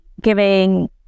giving